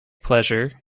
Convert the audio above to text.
pleasure